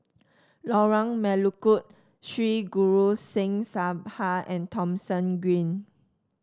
Lorong Melukut Sri Guru Singh Sabha and Thomson Green